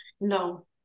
No